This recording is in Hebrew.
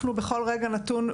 אנחנו בכל רגע נתון,